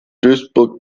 duisburg